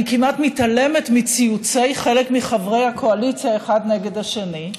אני כמעט מתעלמת מציוצי חלק מחברי הקואליציה אחד נגד השני,